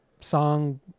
song